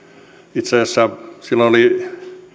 itse asiassa silloin oli